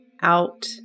out